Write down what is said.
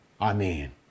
Amen